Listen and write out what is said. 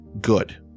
good